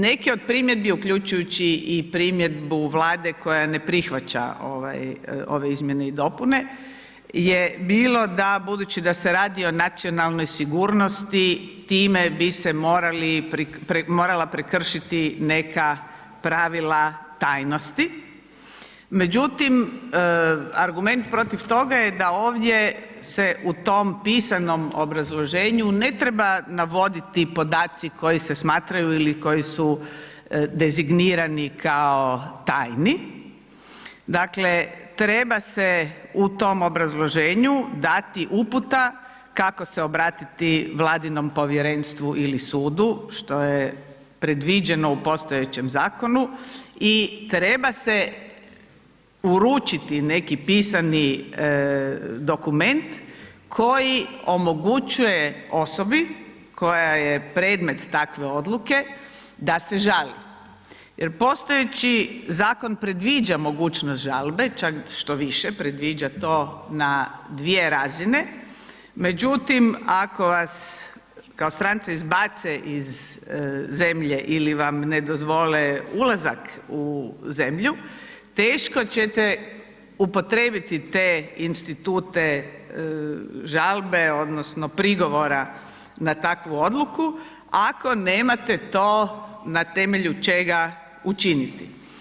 Neki od primjedbi uključujući i primjedbu Vlade koja ne prihvaća ovaj, ove izmjene i dopune, je bilo da budući da se radi o nacionalnoj sigurnosti time bi se morali, morala prekršiti neka pravila tajnosti, međutim argument protiv toga je da ovdje se u tom pisanom obrazloženju ne treba navoditi podaci koji se smatraju ili koji su dezignirani kao tajni, dakle treba se u tom obrazloženju dati uputa kako se obratiti vladinom Povjerenstvu ili Sudu što je predviđeno u postojećem Zakonu, i treba se uručiti neki pisani dokument koji omogućuje osobi koja je predmet takve Odluke da se žali, jer postojeći Zakon predviđa mogućnost žalbe, čak štoviše predviđa to na dvije razine, međutim ako vas kao stranca izbace iz zemlje ili vam ne dozvole ulazak u zemlju, teško će te upotrijebiti te institute žalbe odnosno prigovora na takvu Odluku ako nemate to na temelju čega učiniti.